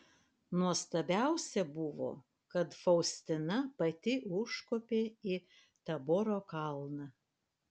nuostabiausia buvo kad faustina pati užkopė į taboro kalną